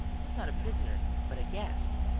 he is not a prisoner, but a guest.